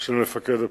של מפקד הפיקוד,